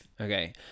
Okay